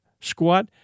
squat